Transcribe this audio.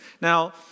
Now